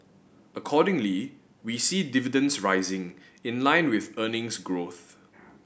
accordingly we see dividends rising in line with earnings growth